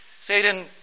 Satan